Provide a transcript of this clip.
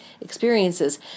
experiences